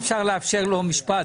אם אפשר לאפשר לו משפט,